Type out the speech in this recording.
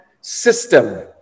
system